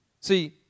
See